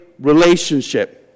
relationship